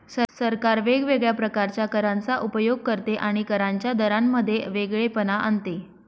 सरकार वेगवेगळ्या प्रकारच्या करांचा उपयोग करते आणि करांच्या दरांमध्ये वेगळेपणा आणते